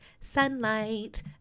sunlight